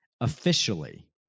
officially